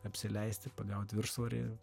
apsileisti pagauti viršsvorį